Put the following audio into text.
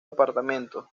departamentos